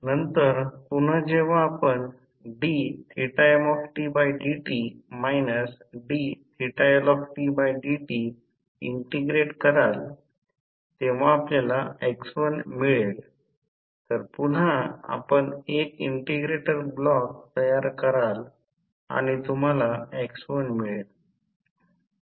नंतर पुन्हा जेव्हा आपण dmdt dLdt इंटिग्रेट कराल तेव्हा आपल्याला x1 मिळेल तर पुन्हा आपण 1 इंटिग्रेटर ब्लॉक तयार कराल आणि तुम्हाला x1 मिळेल